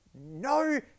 No